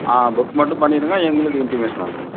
ஆ book மட்டும் பண்ணிவிடுங்க எங்களுக்கு இன்டிமேஷன் வந்துரும் மேடம்